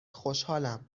خوشحالم